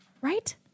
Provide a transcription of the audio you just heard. Right